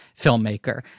filmmaker